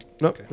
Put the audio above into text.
No